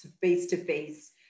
face-to-face